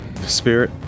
spirit